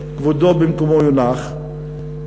כבודו במקומו יונח,